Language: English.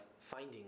finding